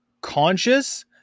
conscious